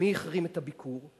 מי החרים את הביקור?